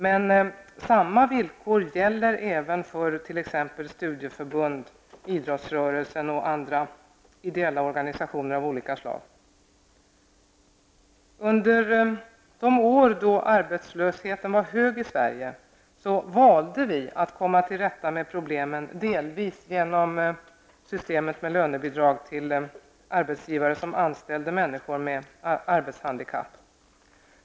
Men samma villkor gäller även för t.ex. studieförbund, idrottsrörelsen och andra ideella organisationer av olika slag. Under de år då arbetslösheten var hög i Sverige valde vi att komma till rätta med problemen delvis genom systemet med lönebidrag till arbetsgivare som anställde människor med arbetshandikapp.